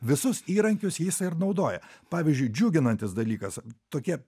visus įrankius jis ir naudoja pavyzdžiui džiuginantis dalykas tokie